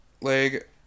leg